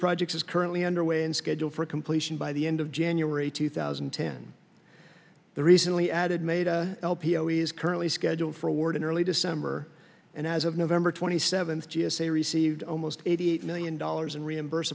projects is currently underway and scheduled for completion by the end of january two thousand and ten the recently added meda l p o is currently scheduled for award in early december and as of november twenty seventh g s a received almost eighty eight million dollars in reimburs